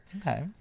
Okay